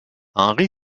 henry